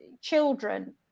children